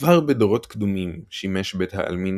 כבר בדורות קדומים שימש בית העלמין